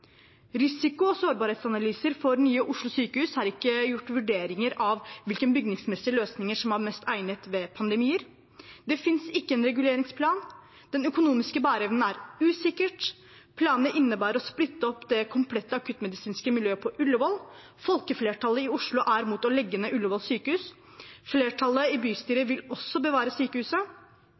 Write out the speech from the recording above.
Risiko- og sårbarhetsanalyser for nye Oslo sykehus har ikke gjort vurderinger av hvilke bygningsmessige løsninger som er best egnet ved pandemier. Det finnes ikke en reguleringsplan. Den økonomiske bæreevnen er usikker. Planene innebærer å splitte opp det komplette akuttmedisinske miljøet på Ullevål. Folkeflertallet i Oslo er imot å legge ned Ullevål sykehus. Flertallet i bystyret vil også bevare sykehuset.